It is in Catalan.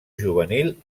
juvenil